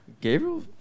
Gabriel